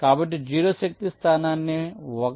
కాబట్టి 0 శక్తి స్థానాన్ని 1